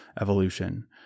evolution